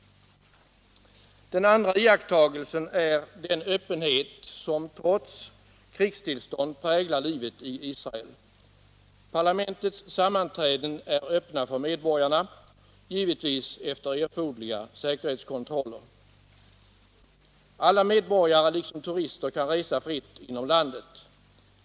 Den andra iakttagelsen är den öppenhet som trots krigstillstånd präglar livet i Israel. Parlamentets sammanträden är öppna för medborgarna — givetvis efter erforderliga säkerhetskontroller. Alla medborgare, liksom turister, kan resa fritt inom landet.